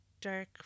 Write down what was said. dark